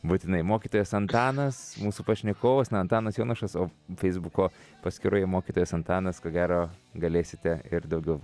būtinai mokytojas antanas mūsų pašnekovas na antanas jonušas o feisbuko paskyroje mokytojas antanas ko gero galėsite ir daugiau